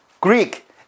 Greek